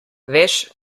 veš